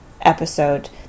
episode